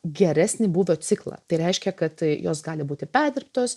geresnį būvio ciklą tai reiškia kad jos gali būti perdirbtos